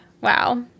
wow